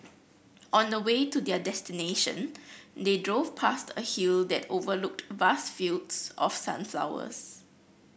on the way to their destination they drove past a hill that overlooked vast fields of sunflowers